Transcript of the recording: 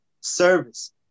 Service